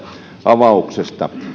avauksesta